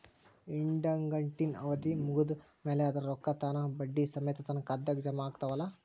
ಇಡಗಂಟಿನ್ ಅವಧಿ ಮುಗದ್ ಮ್ಯಾಲೆ ಅದರ ರೊಕ್ಕಾ ತಾನ ಬಡ್ಡಿ ಸಮೇತ ನನ್ನ ಖಾತೆದಾಗ್ ಜಮಾ ಆಗ್ತಾವ್ ಅಲಾ?